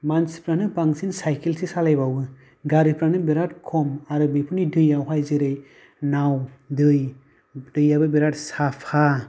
मानसिफ्रानो बांसिन साइकेलसो सालायबावो गारिफ्रानो बेराद खम आरो बेफोरनि दैयाव हाय जेरै नाव दै दैयाबो बिराद साफा